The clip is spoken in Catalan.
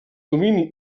domini